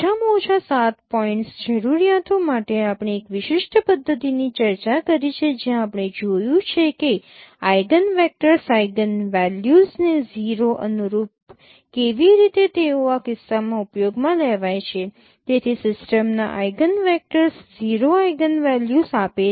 ઓછામાં ઓછા 7 પોઇન્ટ્સ જરૂરિયાતો માટે આપણે એક વિશિષ્ટ પદ્ધતિની ચર્ચા કરી છે જ્યાં આપણે જોયું છે કે આઇગનવેક્ટર્સ આઇગનવેલ્યુઝને 0 અનુરૂપ કેવી રીતે તેઓ આ કિસ્સામાં ઉપયોગમાં લેવાય છે તેથી સિસ્ટમના આઇગનવેક્ટર્સ 0 આઇગનવેલ્યુઝ આપે છે